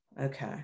Okay